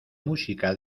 música